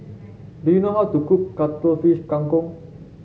do you know how to cook Cuttlefish Kang Kong